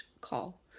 call